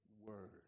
word